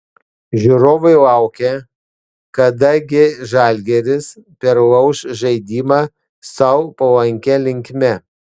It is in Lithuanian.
žiūrovai laukė kada gi žalgiris perlauš žaidimą sau palankia linkme